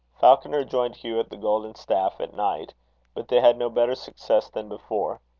falconer joined hugh at the golden staff, at night but they had no better success than before.